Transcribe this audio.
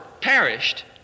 perished